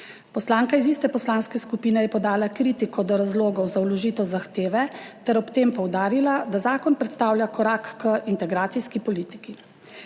Poslanka iz iste poslanske skupine je podala kritiko do razlogov za vložitev zahteve ter ob tem poudarila, da zakon predstavlja korak k integracijski politiki.